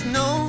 no